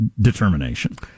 determination